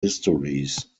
histories